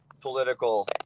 political